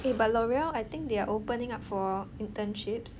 eh but L'oreal I think they are opening up for internships